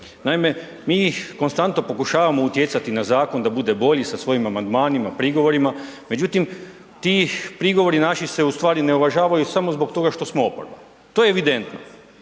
Naime, mi ih konstantno pokušavamo utjecati na zakon da bude bolji, sa svojim amandmanima, prigovorima, međutim, ti prigovori naši se ustvari ne uvažavaju samo zbog toga što smo oporba. To je evidentno,